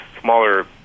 smaller